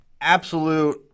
absolute